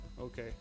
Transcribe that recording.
Okay